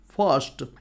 First